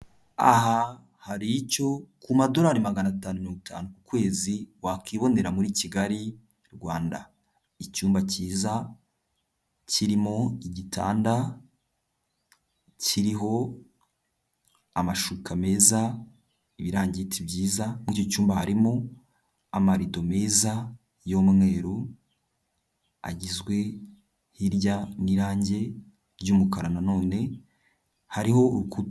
Aha hari icyo ku madorari magana atanu mkirongo itanu ku kwezi wakwibonera muri Kigal, Rwanda, icyumba cyiza, kirimo igitanda kiriho amashuka meza, ibirangiti byiza, muri icyo cyumba harimo amarido meza y'umweru, agizwe hirya n'irangi ry'umukara na none hariho urukuta.